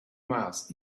miles